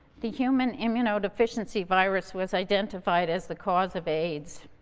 the human immunodeficiency virus was identified as the cause of aids,